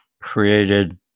created